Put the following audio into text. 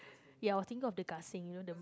ya I was thinking of the gasing you know the